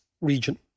region